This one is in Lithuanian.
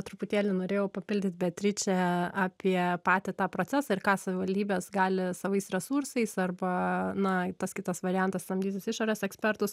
truputėlį norėjau papildyt beatričę apie patį tą procesą ir ką savivaldybės gali savais resursais arba na tas kitas variantas samdytis išorės ekspertus